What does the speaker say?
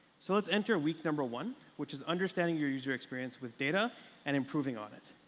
so let's enter week number one, which is understanding your user experience with data and improving on it.